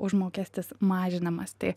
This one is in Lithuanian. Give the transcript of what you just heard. užmokestis mažinamas tai